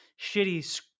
shitty